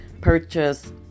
purchase